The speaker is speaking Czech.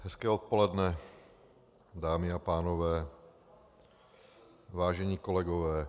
Hezké odpoledne, dámy a pánové, vážení kolegové.